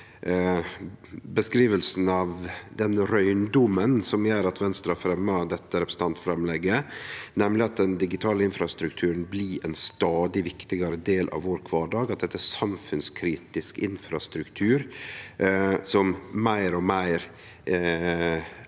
beskrivinga av den røyndomen som gjer at Venstre har fremja dette representantframlegget, nemleg at den digitale infrastrukturen blir ein stadig viktigare del av kvardagen vår – at dette er samfunnskritisk infrastruktur som alle